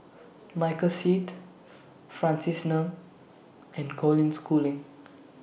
Michael Seet Francis Ng and Colin Schooling